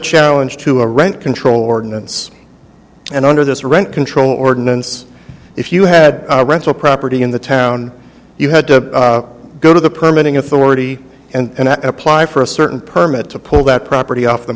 challenge to a rent control ordinance and under this rent control ordinance if you had a rental property in the town you had to go to the permit authority and apply for a certain permit to pull that property off the